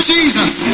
Jesus